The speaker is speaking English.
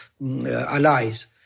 Allies